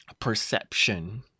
Perception